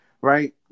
right